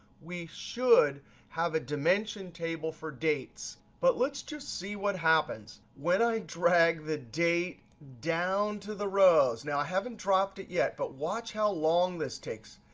we should have a dimension table for dates. but lets to see what happens when i drag the date down to the rows. now, i haven't dropped it yet, but watch how long this takes.